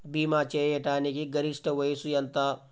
భీమా చేయాటానికి గరిష్ట వయస్సు ఎంత?